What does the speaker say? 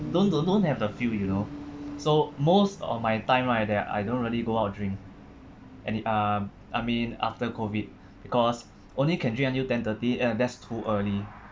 don't don't don't have the feel you know so most of my time like that I don't really go out drink and it uh I mean after COVID because only can drink until ten thirty !aiya! that's too early